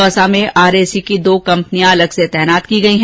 दौसा में आरएसी की दो कंपनियां अलग से तैनात की गई हैं